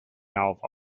alva